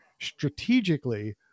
strategically